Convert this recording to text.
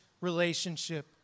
relationship